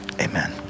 Amen